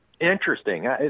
Interesting